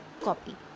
copy